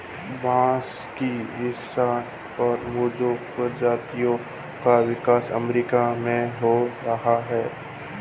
बांस की हैनान और मोसो प्रजातियों का विकास अमेरिका में हो रहा है